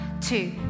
two